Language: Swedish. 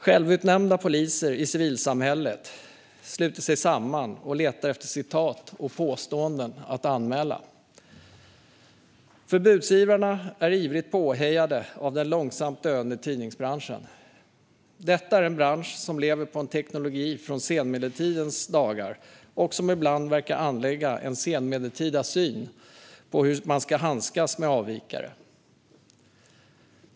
Självutnämnda poliser i civilsamhället sluter sig samman och letar efter citat och påståenden att anmäla. Förbudsivrarna är ivrigt påhejade av den långsamt döende tidningsbranschen. Detta är en bransch som lever på teknologi från senmedeltidens dagar och som ibland verkar anlägga en senmedeltida syn på hur man ska handskas med avvikare.